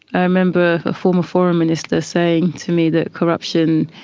i remember a former foreign minister saying to me that corruption,